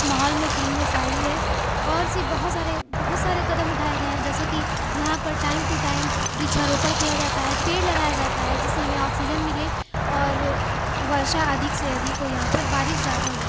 ماحول میں کلیننس آئی ہے اور سی بہت سارے بہت سارے قدم اٹھائے گئے ہیں جیسے کہ یہاں پر ٹائم ٹو ٹائم ورچھاروپڑ کیا جاتا ہے پیڑ لگایا جاتا ہے جس سے ہمیں آکسیجن ملے اور ورشا ادھک سے ادھک ہو یہاں پر بارش زیادہ ہو